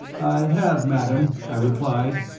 i have, madam, i replied,